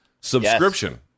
subscription